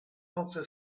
nozze